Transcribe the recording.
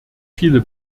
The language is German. viele